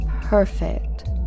perfect